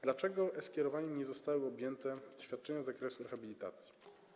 Dlaczego e-skierowaniem nie zostały objęte świadczenia z zakresu rehabilitacji?